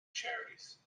charities